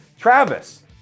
Travis